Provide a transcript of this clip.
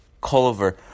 Culver